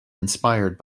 inspired